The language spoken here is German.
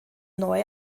neu